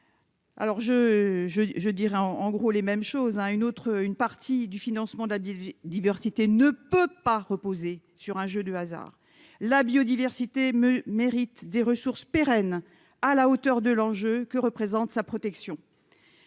je, je dirais, en en gros les mêmes choses à une autre, une partie du financement de la diversité ne peut pas reposer sur un jeu de hasard la biodiversité me mérite des ressources pérennes à la hauteur de l'enjeu que représente sa protection,